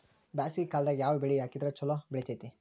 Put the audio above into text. ಬ್ಯಾಸಗಿ ಕಾಲದಾಗ ಯಾವ ಬೆಳಿ ಹಾಕಿದ್ರ ಛಲೋ ಬೆಳಿತೇತಿ?